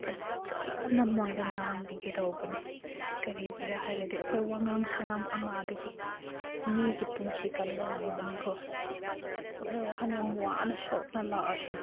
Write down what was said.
ꯐꯖꯅ ꯃꯣꯏꯗ ꯉꯥꯡꯕꯤꯒꯗꯧꯕꯅꯤ ꯀꯔꯤꯒꯤꯔ ꯍꯥꯏꯔꯗꯤ ꯑꯩꯈꯣꯏ ꯋꯥꯉꯥꯡ ꯁꯥꯉꯥꯡ ꯑꯃꯗꯒꯤ ꯃꯤꯒꯤ ꯄꯨꯟꯁꯤ ꯀꯟꯕ ꯉꯝꯕꯅꯤꯀꯣ ꯑꯩꯈꯣꯏ ꯋꯥꯈꯜ ꯌꯥꯝ ꯋꯥꯅ ꯁꯣꯛꯅ ꯂꯥꯛꯑꯁꯨ